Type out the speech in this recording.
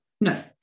No